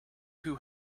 who